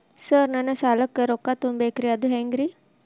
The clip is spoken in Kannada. ಸರ್ ನನ್ನ ಸಾಲಕ್ಕ ರೊಕ್ಕ ತುಂಬೇಕ್ರಿ ಅದು ಹೆಂಗ್ರಿ?